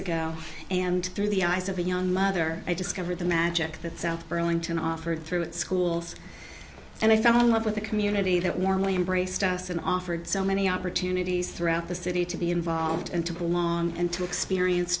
ago and through the eyes of a young mother i discovered the magic that south burlington offered through schools and i fell in love with a community that warmly embraced us and offered so many opportunities throughout the city to be involved and to belong and to experience